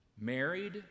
Married